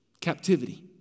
Captivity